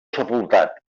sepultat